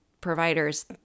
providers